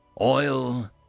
Oil